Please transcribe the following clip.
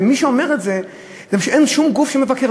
ומי שאומר את זה, זה משום שאין שום גוף שמבקר.